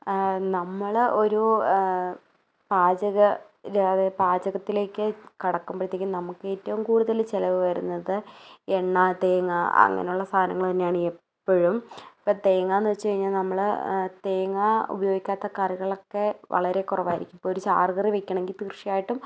നമ്മൾ ഒരു പാചക അതായത് പാചകത്തിലേക്ക് കടക്കുമ്പോഴത്തേക്കും നമുക്ക് ഏറ്റവും കൂടുതൽ ചിലവ് വരുന്നത് എണ്ണ തേങ്ങാ അങ്ങനെയുള്ള സാധനങ്ങൾ തന്നെയാണ് എപ്പോഴും ഇപ്പോൾ തേങ്ങ എന്നു വെച്ചു കഴിഞ്ഞാൽ നമ്മൾ തേങ്ങാ ഉപയോഗിക്കാത്ത കറികളൊക്കെ വളരെ കുറവായിരിക്കും ഇപ്പോൾ ഒരു ചാറുകറി വെക്കണമെങ്കിൽ തീർച്ചയായിട്ടും